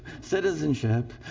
citizenship